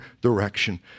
direction